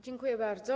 Dziękuję bardzo.